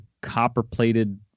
copper-plated